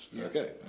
Okay